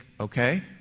okay